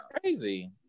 Crazy